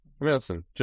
Listen